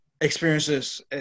experiences